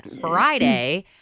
Friday